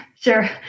Sure